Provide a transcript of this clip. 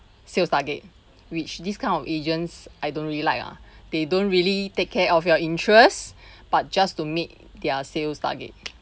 sales target which this kind of agents I don't really like ah they don't really take care of your interest but just to meet their sales target